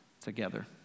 together